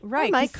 Right